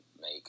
make